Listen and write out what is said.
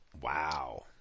Wow